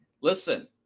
listen